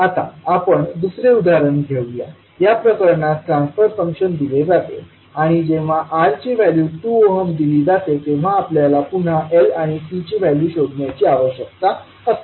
आता आपण दुसरे उदाहरण घेऊया या प्रकरणात ट्रान्सफर फंक्शन दिले जाते आणि जेव्हा R ची व्हॅल्यू 2 ओहम दिली जाते तेव्हा आपल्याला पुन्हा L आणि C ची व्हॅल्यू शोधण्याची आवश्यकता असते